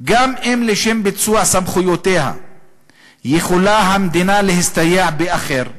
גם אם לשם ביצוע סמכויותיה יכולה המדינה להסתייע באחר,